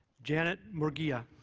janet murguia